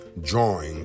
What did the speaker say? drawing